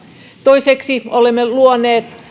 toiseksi olemme luoneet